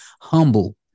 humble